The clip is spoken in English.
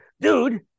dude